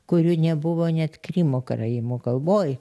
kurių nebuvo net krymo karaimų kalboj